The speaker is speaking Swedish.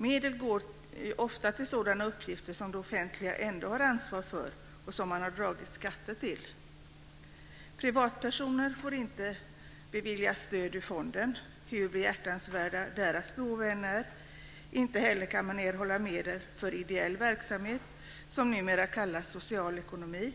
Medel går ofta till sådana uppgifter som det offentliga ändå har ansvar för och som man har dragit skatter till. Privatpersoner får inte beviljas stöd ur fonden, hur behjärtansvärda deras behov än är. Inte heller kan man erhålla medel för ideell verksamhet, som numera kallas social ekonomi,